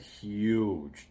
huge